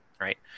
right